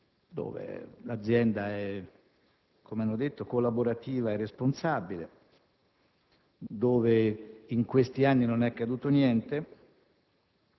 cui l'azienda è - come hanno detto? - collaborativa e responsabile e in cui in questi anni non è accaduto niente.